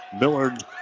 Millard